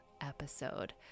episode